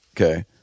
Okay